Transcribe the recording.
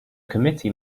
committee